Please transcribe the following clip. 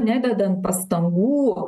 nededant pastangų